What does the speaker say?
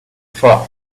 far